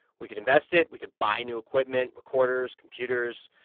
we could invest it. we could buy new equipment, recorders, computers.